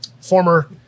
former